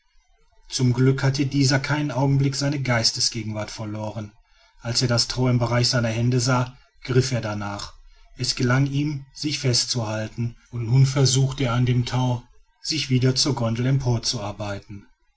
zum glück hatte dieser keinen augenblick seine geistesgegenwart verloren als er das tau im bereich seiner hände sah griff er danach es gelang ihm sich festzuhalten und nun versuchte er an dem tau sich wieder zur gondel emporzuarbeiten